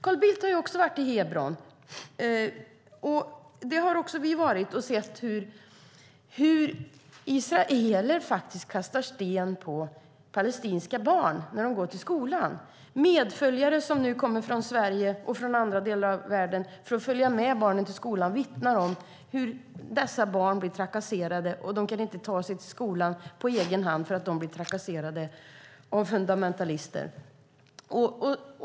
Carl Bildt har varit i Hebron, och det har vi också varit. Vi har sett hur israeler kastar sten på palestinska barn när de går till skolan. Medföljare som nu kommer från Sverige och andra delar av världen för att följa med barnen till skolan vittnar om hur dessa barn inte kan ta sig till skolan på egen hand för att de blir trakasserade av fundamentalister.